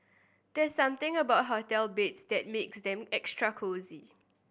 there's something about hotel beds that makes them extra cosy